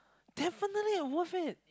definitely worth it